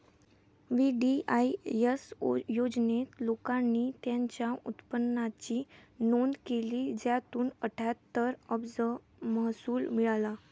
VDIS योजनेत, लोकांनी त्यांच्या उत्पन्नाची नोंद केली, ज्यातून अठ्ठ्याहत्तर अब्ज महसूल मिळाला